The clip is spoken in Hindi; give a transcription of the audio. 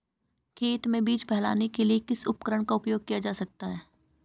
खेत में बीज फैलाने के लिए किस उपकरण का उपयोग किया जा सकता है?